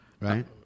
right